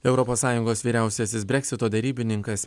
europos sąjungos vyriausiasis breksito derybininkas